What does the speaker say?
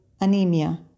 anemia